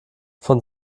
von